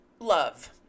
love